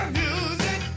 music